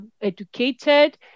educated